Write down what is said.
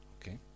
Okay